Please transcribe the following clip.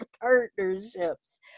partnerships